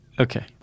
Okay